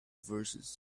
verses